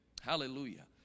Hallelujah